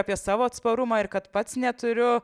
apie savo atsparumą ir kad pats neturiu